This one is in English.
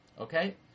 Okay